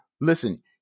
listen